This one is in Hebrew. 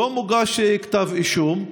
לא מוגש כתב אישום.